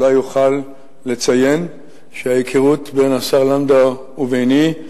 אולי אוכל לציין שההיכרות בין השר לנדאו לביני,